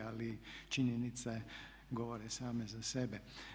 Ali činjenice govore same za sebe.